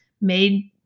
made